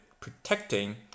protecting